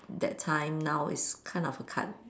that time now it's kind of a 砍